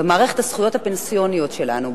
מערכת הזכויות הפנסיוניות שלנו,